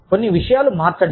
కొన్ని విషయాలు మార్చండి